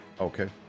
Okay